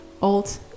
Old